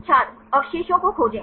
छात्र अवशेषों को खोजें